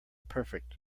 perfect